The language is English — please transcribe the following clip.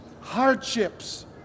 hardships